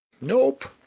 nope